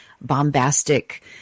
bombastic